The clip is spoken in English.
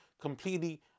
completely